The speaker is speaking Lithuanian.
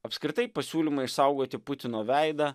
apskritai pasiūlymai išsaugoti putino veidą